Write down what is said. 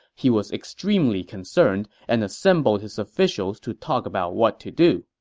he was extremely concerned and assembled his officials to talk about what to do.